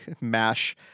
mash